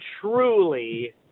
truly